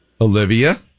Olivia